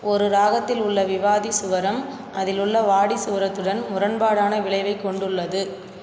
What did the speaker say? ஒரு ராகத்தில் உள்ள விவாதி சுவரம் அதிலுள்ள வாடி சுவரத்துடன் முரண்பாடான விளைவைக் கொண்டுள்ளது